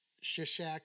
Shishak